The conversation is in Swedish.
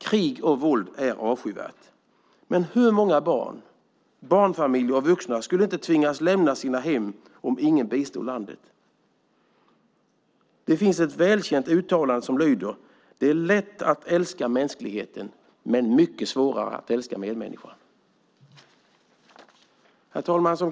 Krig och våld är avskyvärt, men hur många barn, barnfamiljer och vuxna skulle inte tvingas lämna sina hem om ingen bistod landet? Det finns ett välkänt uttalande som lyder: Det är lätt att älska mänskligheten men mycket svårare att älska medmänniskan. Herr talman!